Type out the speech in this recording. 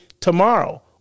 tomorrow